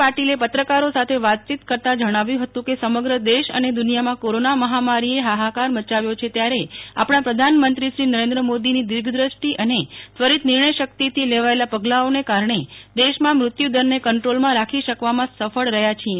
પાટીલે પત્રકારો સાથે વાતચીત કરતાં જણાવ્યું ફતું કે સમગ્ર દેશ અને દુનિયામાં કોરોના મફામારીએ ફાફાકાર મચાવ્યો છે ત્યારે આપણા પ્રધાનમંત્રીશ્રી નરેન્દ્ર મોદી ની દિર્ધદ્રષ્ટી અને ત્વરીત નિર્ણયશક્તિથી લેવાયેલા પગલાંઓના કારણે દેશમાં મૃત્યુદરને કન્ટ્રોલમાં રાખી શકવામાં સફળ રહ્યાં છીએ